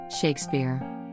Shakespeare